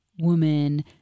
woman